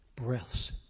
breaths